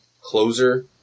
closer